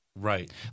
Right